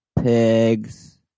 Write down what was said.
Pigs